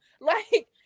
Like-